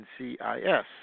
NCIS